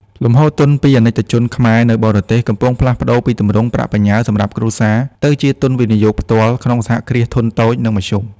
លំហូរទុនពី អាណិកជនខ្មែរ នៅបរទេស កំពុងផ្លាស់ប្តូរពីទម្រង់ "ប្រាក់បញ្ញើសម្រាប់គ្រួសារ"ទៅជា "ទុនវិនិយោគផ្ទាល់" ក្នុងសហគ្រាសធុនតូច និងមធ្យម។